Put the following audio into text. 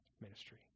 ministry